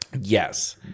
Yes